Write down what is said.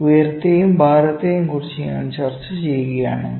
ഉയരത്തെയും ഭാരത്തെയും കുറിച്ച് ഞാൻ ചർച്ച ചെയ്യുകയാണെങ്കിൽ